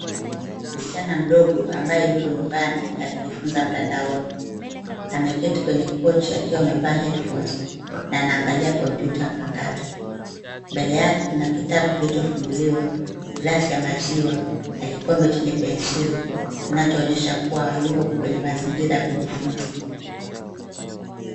Msichana mdogo ambaye yuko nyumbani akijifunza mtandaoni, ameketi kwenye kochi akiwa amevaa headphones na anaangalia kompyuta mpakato. Mbele yake kuna kitabu kilichofunguliwa, glasi ya maziwa na kikombe chenye pensil kinachoonyesha yuko kwenye mazingira ya kujifunza.